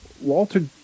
Walter